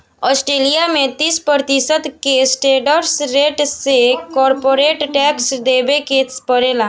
Australia में तीस प्रतिशत के स्टैंडर्ड रेट से कॉरपोरेट टैक्स देबे के पड़ेला